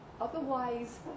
Otherwise